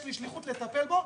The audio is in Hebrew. יש לי שליחות לטפל בו.